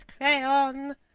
crayon